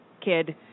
kid